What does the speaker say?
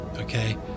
okay